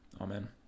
Amen